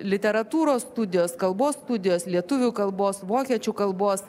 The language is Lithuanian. literatūros studijos kalbos studijos lietuvių kalbos vokiečių kalbos